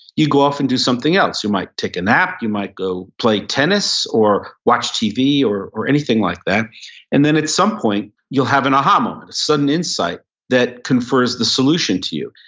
you go off and do something else. you might take a nap, you might go play tennis, or watch tv, or or anything like that and then at some point, you'll have an aha moment, a sudden insight that confers the solution to you.